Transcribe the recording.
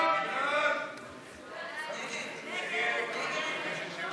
סעיף תקציבי 06, משרד הפנים, לשנת